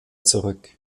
zurück